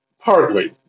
Partly